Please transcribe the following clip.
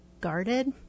guarded